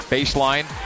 Baseline